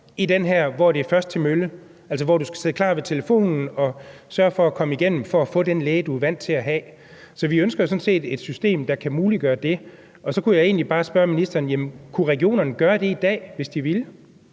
situation, hvor det er først til mølle, altså hvor du skal sidde klar ved telefonen og sørge for at komme igennem for at få den læge, du er vant til at have. Så vi ønsker sådan set et system, der kan muliggøre det. Så kunne jeg egentlig bare spørge ministeren: Kunne regionerne gøre det i dag, hvis de ville?